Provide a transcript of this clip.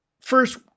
first